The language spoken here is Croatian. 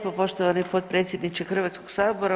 poštovani potpredsjedniče Hrvatskog sabora.